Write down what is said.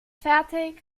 fertig